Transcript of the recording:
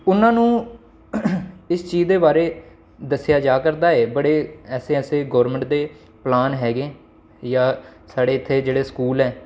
उ'ना नू इस चीज दे बारे दस्सेआ जा करदा ऐ बड़े ऐसे ऐसे गर्वमैंट दे पलान है गे जां साढ़े इत्थै जेह्ड़े स्कूल